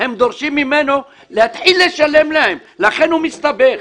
הם דורשים ממנו להתחיל לשלם להם ולכן הוא מסתבך.